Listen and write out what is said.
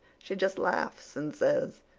she just laughs and says,